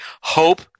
hope